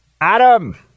Adam